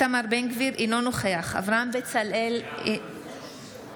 איתמר בן גביר, אינו נוכח אברהם בצלאל, בעד